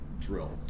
drill